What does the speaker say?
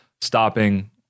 stopping